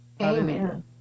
Amen